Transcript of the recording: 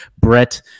Brett